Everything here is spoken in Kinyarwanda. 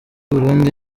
burundi